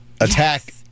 attack